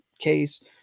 case